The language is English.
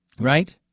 right